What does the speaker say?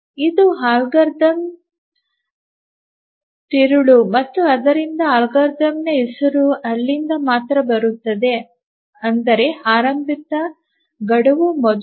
ಇದು ಅಲ್ಗಾರಿದಮ್ನ ತಿರುಳು ಮತ್ತು ಆದ್ದರಿಂದ ಅಲ್ಗಾರಿದಮ್ನ ಹೆಸರು ಇಲ್ಲಿಂದ ಮಾತ್ರ ಬರುತ್ತದೆ ಅಂದರೆ ಆರಂಭಿಕ ಗಡುವು ಮೊದಲು